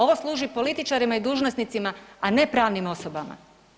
Ovo služi političarima i dužnosnicima, a ne pravnim osobama.